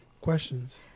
Questions